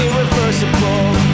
irreversible